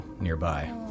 nearby